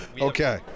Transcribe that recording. okay